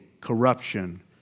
corruption